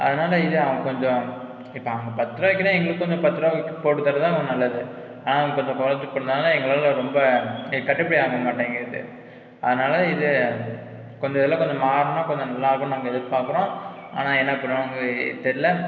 அதனால் இது அவங்க கொஞ்சம் இப்போ அவங்க பார்த்துருவாக்கினா எங்களுக்கு பத்துரூபா போட்டுத்தரதுதான் நல்லது இப்போ குறச்சி கொடுக்குறதுனால எங்களால் ரொம்ப கட்டுப்பிடி ஆகமாட்டேங்குது அதனால் இதெலாம் கொஞ்சம் இன்னு கொஞ்சம் மாறினா கொஞ்சம் நல்லாருக்கும்னு நாங்கள் எதிர் பார்க்குறோம் ஆனால் பண்ணுவாங்க என்ன தெரில